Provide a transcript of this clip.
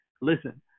listen